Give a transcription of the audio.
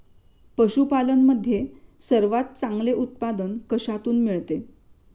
पशूपालन मध्ये सर्वात चांगले उत्पादन कशातून मिळते?